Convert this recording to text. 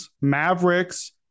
Mavericks